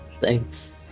Thanks